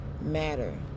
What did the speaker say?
matter